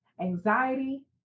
anxiety